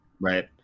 right